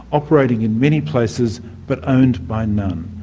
operating in many places but owned by none.